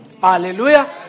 Hallelujah